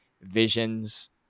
Visions